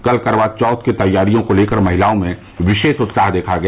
कल करवा चौथ की तैयारियों को लेकर महिलाओं में विशे उत्साह देखा गया